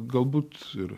galbūt ir